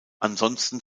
ansonsten